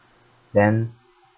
then